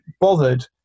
bothered